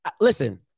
listen